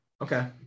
okay